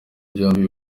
byombi